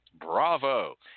Bravo